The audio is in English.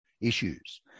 issues